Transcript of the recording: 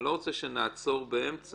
אני לא רוצה שנעצור באמצע,